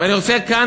ואני רוצה כאן,